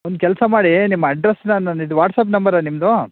ಒಂದು ಕೆಲಸ ಮಾಡಿ ನಿಮ್ಮ ಅಡ್ರೆಸ್ನ ನನ್ನ ಇದು ವಾಟ್ಸ್ಆ್ಯಪ್ ನಂಬರಾ ನಿಮ್ಮದು